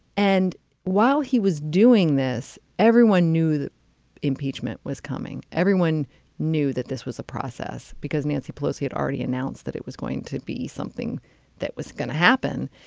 and while he was doing this, everyone knew that impeachment was coming. everyone knew that this was a process because nancy pelosi had already announced that it was going to be something that was going to happen.